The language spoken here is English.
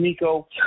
Miko